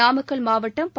நாமக்கல் மாவட்டம் ப